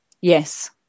Yes